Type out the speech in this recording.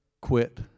quit